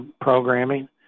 programming